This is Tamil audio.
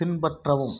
பின்பற்றவும்